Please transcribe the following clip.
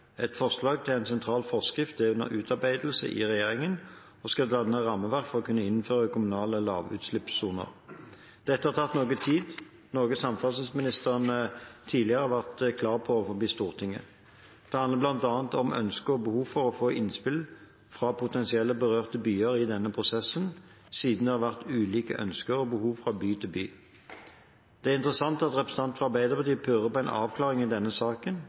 Et forslag til en sentral forskrift er under utarbeidelse i regjeringen og skal danne rammeverket for å kunne innføre kommunale lavutslippssoner. Dette har tatt noe tid, noe samferdselsministeren tidligere har vært klar på overfor Stortinget. Det handler bl.a. om ønsket og behovet for å få innspill fra potensielt berørte byer i denne prosessen, siden det har vært ulike ønsker og behov fra by til by. Det er interessant at representanten fra Arbeiderpartiet purrer på en avklaring i denne saken,